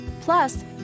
Plus